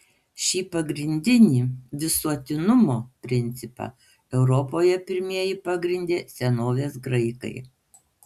šį pagrindinį visuotinumo principą europoje pirmieji pagrindė senovės graikai